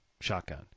shotgun